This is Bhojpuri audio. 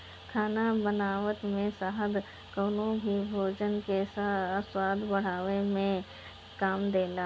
खाना बनावत में शहद कवनो भी भोजन के स्वाद बढ़ावे में काम देला